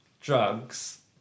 drugs